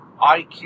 IQ